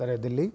उत्तरी दिल्ली